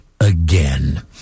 again